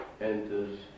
enters